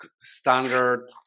standard